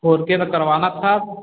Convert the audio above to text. four के का करवाना था